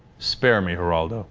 spare me her ah and